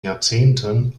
jahrzehnten